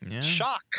Shock